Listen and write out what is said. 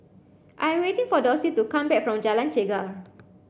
I waiting for Dorsey to come back from Jalan Chegar